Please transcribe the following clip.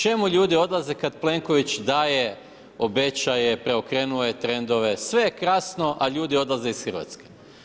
Čemu ljudi odlaze kada Plenković daje, obećava, preokrenuo je trendove, sve je krasno a ljudi odlaze iz Hrvatske.